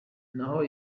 naho